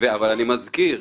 אני מזכיר,